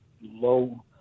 low